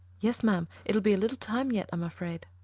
yes, ma'am. it'll be a little time yet. i'm afraid.